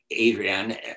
Adrienne